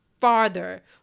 farther